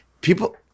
people